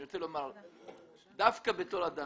אני רוצה לומר שדווקא כאדם